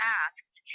asked